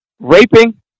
raping